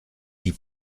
die